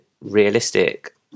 realistic